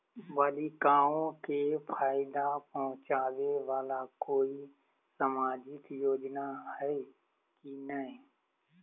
बालिकाओं के फ़ायदा पहुँचाबे वाला कोई सामाजिक योजना हइ की नय?